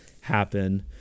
happen